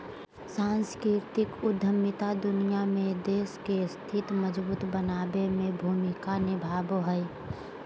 सांस्कृतिक उद्यमिता दुनिया में देश के स्थिति मजबूत बनाबे में भूमिका निभाबो हय